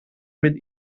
mit